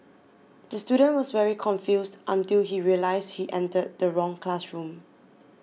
the student was very confused until he realised he entered the wrong classroom